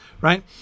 right